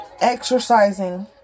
exercising